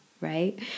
right